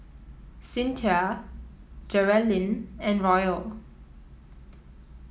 Cinthia Geralyn and Royal